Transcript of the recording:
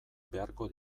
beharko